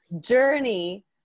journey